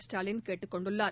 ஸ்டாலின் கேட்டுக் கொண்டுள்ளார்